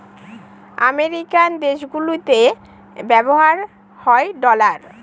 American দেশগুলিতে ব্যবহার হয় ডলার